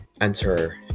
enter